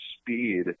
speed